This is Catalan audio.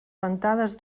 ventades